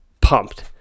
pumped